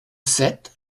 sept